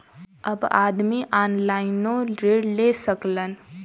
अब आदमी ऑनलाइनों ऋण ले सकलन